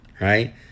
Right